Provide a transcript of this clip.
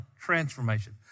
transformation